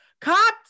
cops